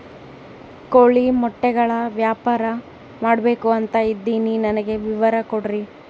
ಕೋಳಿ ಮೊಟ್ಟೆಗಳ ವ್ಯಾಪಾರ ಮಾಡ್ಬೇಕು ಅಂತ ಇದಿನಿ ನನಗೆ ವಿವರ ಕೊಡ್ರಿ?